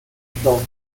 component